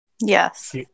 Yes